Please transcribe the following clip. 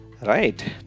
Right